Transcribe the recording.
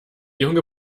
junge